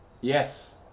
Yes